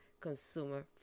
consumer